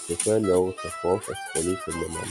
הוא שוכן לאורך החוף הצפוני של מנאמה.